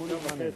לא,